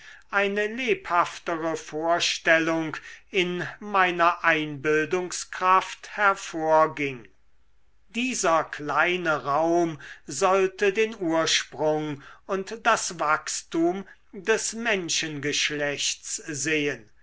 eine lebhaftere vorstellung in meiner einbildungskraft hervorging dieser kleine raum sollte den ursprung und das wachstum des menschengeschlechts sehen